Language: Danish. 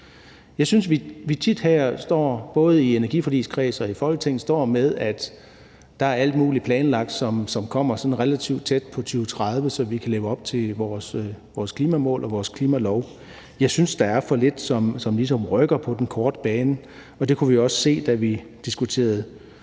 Jeg synes, vi tit både i energiforligskredsen og i Folketinget står med, at der er alt muligt planlagt, som sådan set kommer relativt tæt på 2030, så vi kan leve op til vores klimamål og vores klimalov. Jeg synes, der er for lidt, som ligesom rykker på den korte bane, og vi kunne også se, da vi diskuterede